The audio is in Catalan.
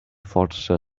força